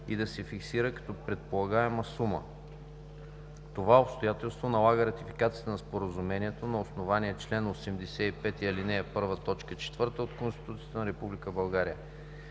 и да се фиксира като предполагаема сума. Това обстоятелство налага ратификация на Споразумението на основание чл. 85, ал. 1, т. 4 от Конституцията на